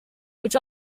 which